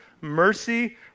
mercy